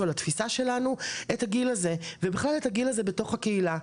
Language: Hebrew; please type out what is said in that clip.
על התפיסה שלנו את הגיל הזה ובכלל את הגיל הזה בתוך הקהילה.